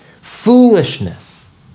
foolishness